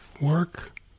work